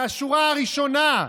מהשורה הראשונה.